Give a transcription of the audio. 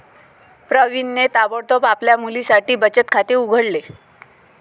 प्रवीणने ताबडतोब आपल्या मुलीसाठी बचत खाते उघडले